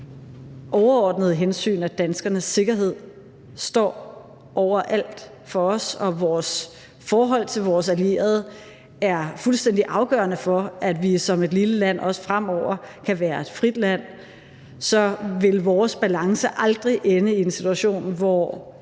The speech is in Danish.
overordnede hensyn, at danskernes sikkerhed for os står over alt. Vores forhold til vores allierede er fuldstændig afgørende for, at vi som et lille land også fremover kan være et frit land, så vores balance vil aldrig ende i en situation, hvor